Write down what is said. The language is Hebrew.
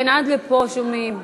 כן, עד לפה שומעים,